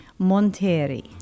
Monteri